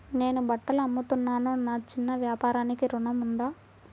నేను బట్టలు అమ్ముతున్నాను, నా చిన్న వ్యాపారానికి ఋణం ఉందా?